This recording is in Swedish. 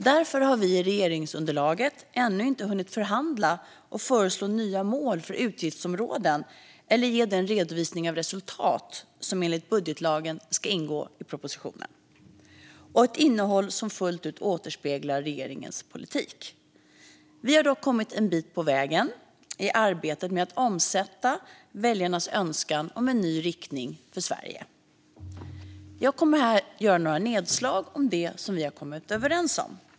Därför har vi i regeringsunderlaget ännu inte hunnit förhandla och föreslå nya mål för utgiftsområden eller ge den redovisning av resultat som enligt budgetlagen ska ingå i propositionen och ett innehåll som fullt ut återspeglar regeringens politik. Vi har dock kommit en bit på vägen i arbetet med att omsätta väljarnas önskan om en ny riktning för Sverige. Jag kommer här att göra några nedslag om det som vi har kommit överens om.